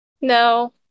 no